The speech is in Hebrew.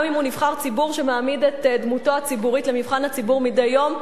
גם אם הוא נבחר ציבור שמעמיד את דמותו הציבורית למבחן הציבור מדי יום,